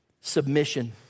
Submission